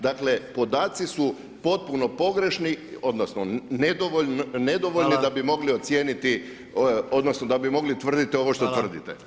Dakle, podaci su potpuno pogrešni odnosno nedovoljni [[Upadica: Hvala]] da bi mogli ocijeniti odnosno da bi mogli tvrditi ovo [[Upadica: Hvala]] što tvrdite.